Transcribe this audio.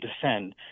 defend